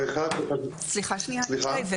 סליחה שנייה, איתי.